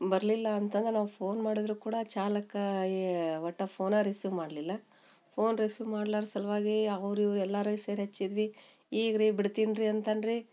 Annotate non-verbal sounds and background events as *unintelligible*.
ಬರಲಿಲ್ಲ ಅಂತದ್ರ ನಾವು ಫೋನ್ ಮಾಡಿದ್ರು ಕೂಡ ಚಾಲಕ *unintelligible* ಒಟ್ಟು ಫೋನ ರಿಸೀವ್ ಮಾಡಲಿಲ್ಲ ಫೋನ್ ರಿಸೀವ್ ಮಾಡ್ಲರ ಸಲ್ವಾಗಿ ಅವ್ರ ಇವ್ರು ಎಲ್ಲರು ಸೇರಿ ಹಚ್ಚಿದ್ವಿ ಈಗ ರೀ ಬಿಡ್ತೀನಿ ರೀ ಅಂತನ ರೀ